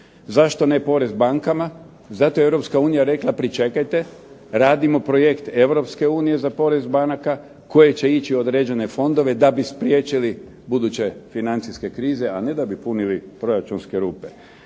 Zašto ne porez bankama, zato jer je Europska unija rekla pričekajte, radimo projekt Europske unije za porez banaka koje će ići u određene fondove da bi spriječili buduće financijske krize, a ne da bi punili proračunske rupe.